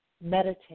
meditate